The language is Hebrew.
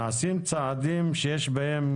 נעשים צעדים שיש בהם